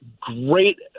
great